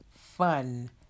fun